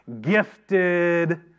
gifted